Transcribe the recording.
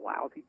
lousy